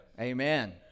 Amen